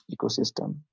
ecosystem